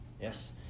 yes